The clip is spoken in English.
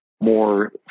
more